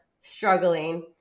struggling